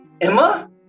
Emma